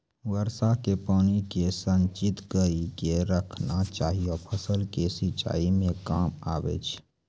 वर्षा के पानी के संचित कड़ी के रखना चाहियौ फ़सल के सिंचाई मे काम आबै छै?